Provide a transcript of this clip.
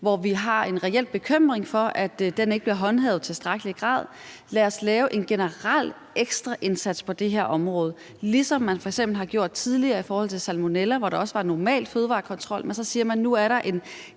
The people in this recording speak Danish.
hvor vi har en reel bekymring for, at den ikke bliver håndhævet i tilstrækkelig grad, så lad os lave en generel ekstra indsats på det her område; ligesom man f.eks. har gjort tidligere i forhold til salmonella, hvor der også var en normal fødevarekontrol, så siger man, at der nu er en